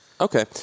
Okay